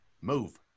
move